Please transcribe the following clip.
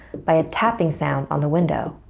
by a tapping sound on the window.